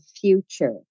future